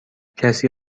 کسی